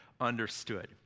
understood